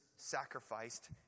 Sacrificed